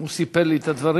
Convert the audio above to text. והוא סיפר לי את הדברים.